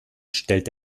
stellt